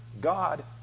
God